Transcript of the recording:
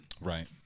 Right